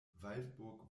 waldburg